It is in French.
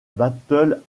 battle